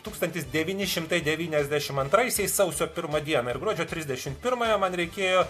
tūkstantis devyni šimtai devyniasdešimt antraisiais sausio pirmą dieną ir gruodžio trisdešimt pirmąją man reikėjo